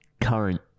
current